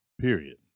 Period